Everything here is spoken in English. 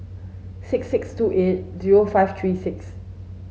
six six two eight zero five three six